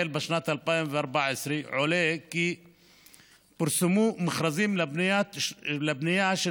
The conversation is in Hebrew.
בשנת2014 עולה כי פורסמו מכרזים לבנייה של